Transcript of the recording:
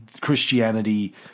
Christianity